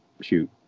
shoot